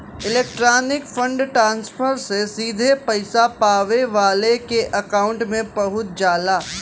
electronic fund transfer से सीधे पइसा पावे वाले के अकांउट में पहुंच जाला